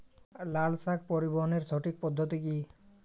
লালশাক পরিবহনের সঠিক পদ্ধতি কি?